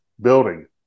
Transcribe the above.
building